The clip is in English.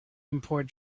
import